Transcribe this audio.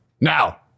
Now